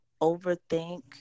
overthink